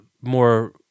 more